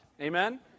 Amen